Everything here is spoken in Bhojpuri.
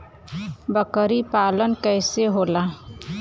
बकरी पालन कैसे होला?